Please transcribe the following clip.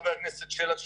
חבר הכנסת שלח,